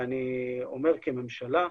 ואני אומר כממשלה,